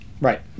Right